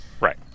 Right